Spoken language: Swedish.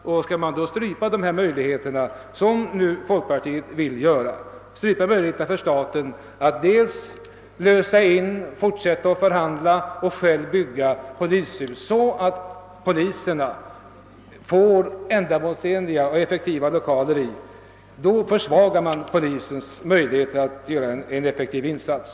Om man då stryper möjligheten för staten, som folkpartiet vill göra, att lösa in, att fortsätta att förhandla eller att själv bygga polishus så att polisen får ändamålsenliga lokaler, försvagar man polisens möjligheter att göra en effektiv insats.